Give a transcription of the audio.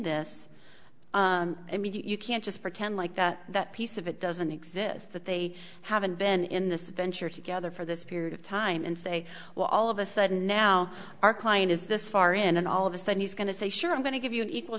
this i mean you can't just pretend like that that piece of it doesn't exist that they haven't been in this venture together for this period of time and say well all of a sudden now our client is this far in and all of a sudden he's going to say sure i'm going to give you an equal